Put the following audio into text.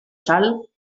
sal